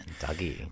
Dougie